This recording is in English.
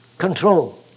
Control